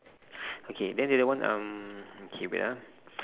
okay then the other one okay wait ah